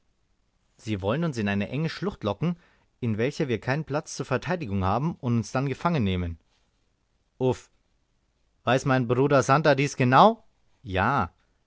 sie wollen uns in eine enge schlucht locken in welcher wir keinen platz zur verteidigung haben und uns da gefangen nehmen uff weiß mein bruder santer dies genau ja